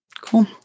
Cool